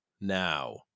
now